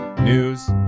news